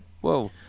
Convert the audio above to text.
Whoa